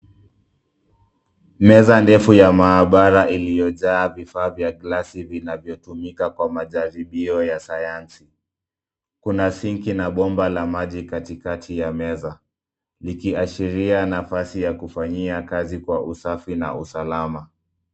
Meza ndefu ya maabara iliyojaa vifaa vya glasi vinavyotumika kwa majaribio ya sayansi. Kuna sinki na bomba katikati ya meza likiashiria nafasi ya kufanyia kazi kwa usafi na usalama.